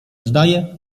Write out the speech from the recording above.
zdaje